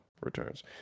returns